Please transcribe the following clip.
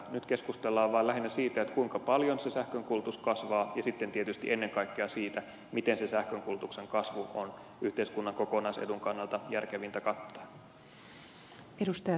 nyt keskustellaan vain lähinnä siitä kuinka paljon se sähkön kulutus kasvaa ja sitten tietysti ennen kaikkea siitä miten se sähkön kulutuksen kasvu on yhteiskunnan kokonaisedun kannalta järkevintä kattaa